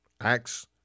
Acts